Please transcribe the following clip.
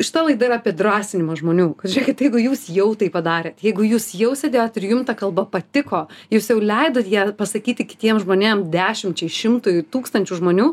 šita laida yra apie drąsinimą žmonių kad žiūrėkit jeigu jūs jau tai padarėt jeigu jūs jau sėdėjot ir jum ta kalba patiko jūs jau leidot ją pasakyti kitiem žmonėm dešimčiai šimtui ir tūkstančių žmonių